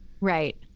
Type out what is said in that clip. Right